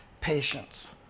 patience